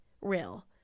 real